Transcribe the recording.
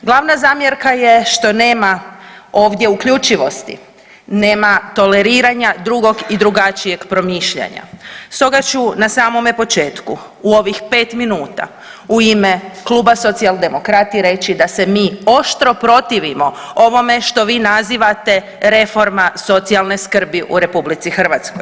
Glavna zamjerka je što nema ovdje uključivosti, nema toleriranja drugog i drugačijeg promišljanja, stoga ću na samome početku u ovih pet minuta u ime Kluba socijaldemokrati reći da se mi oštro protivimo ovome što vi nazivate reforma socijalne skrbi u RH.